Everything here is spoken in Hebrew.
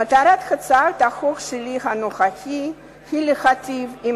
מטרת הצעת החוק הנוכחית שלי היא להיטיב עם